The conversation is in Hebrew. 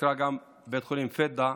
שנקרא גם בית חולים פדה,